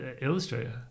Illustrator